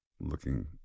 looking